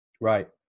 Right